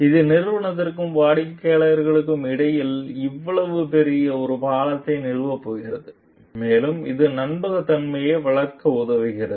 இது நிறுவனத்திற்கும் வாடிக்கையாளருக்கும் இடையில் இவ்வளவு பெரிய ஒரு பாலத்தை நிறுவப் போகிறது மேலும் இது நம்பகத்தன்மையை வளர்க்க உதவுகிறது